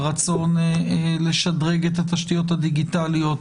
ברצון לשדרג את התשתיות הדיגיטליות,